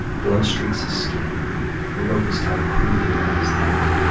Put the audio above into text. blood streaks his skin. a rope is tied crudely around his neck.